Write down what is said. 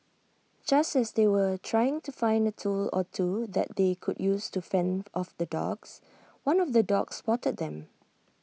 just as they were trying to find A tool or two that they could use to fend off the dogs one of the dogs spotted them